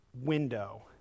window